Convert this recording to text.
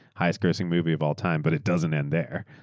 highest grossing movie of all time, but it doesn't end there.